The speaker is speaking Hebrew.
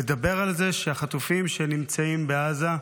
לדבר על זה שהחטופים שנמצאים בעזה,